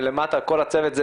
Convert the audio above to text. וכל הצוות,